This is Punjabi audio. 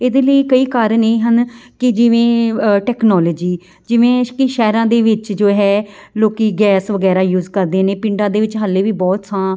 ਇਹਦੇ ਲਈ ਕਈ ਕਾਰਨ ਇਹ ਹਨ ਕਿ ਜਿਵੇਂ ਟੈਕਨੋਲੋਜੀ ਜਿਵੇਂ ਇਸ਼ਕੀ ਸ਼ਹਿਰਾਂ ਦੇ ਵਿੱਚ ਜੋ ਹੈ ਲੋਕ ਗੈਸ ਵਗੈਰਾ ਯੂਜ਼ ਕਰਦੇ ਨੇ ਪਿੰਡਾਂ ਦੇ ਵਿੱਚ ਹਾਲੇ ਵੀ ਬਹੁਤ ਥਾਂ